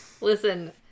Listen